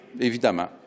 évidemment